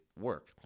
work